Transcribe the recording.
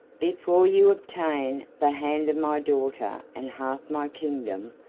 before you obtain the hand of my daughter and half my kingdom,